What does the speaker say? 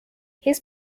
his